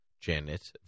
Janet